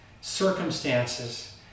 circumstances